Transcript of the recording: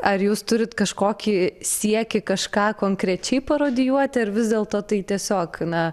ar jūs turit kažkokį siekį kažką konkrečiai parodijuoti ar vis dėlto tai tiesiog na